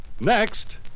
Next